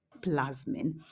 plasmin